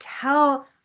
tell